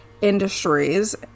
industries